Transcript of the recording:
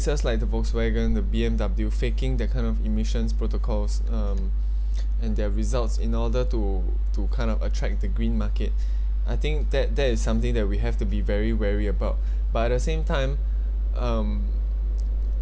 just like the volkswagen the B_M_W faking that kind of emissions protocols um and their results in order to to kind of attract the green market I think that that is something that we have to be very wary about but at the same time um